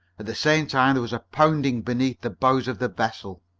at the same time there was a pounding beneath the bows of the vessel.